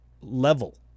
level